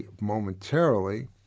momentarily